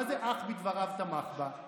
מה זה "אך בדבריו תמך בה"?